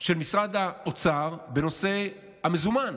של משרד האוצר בנושא המזומן.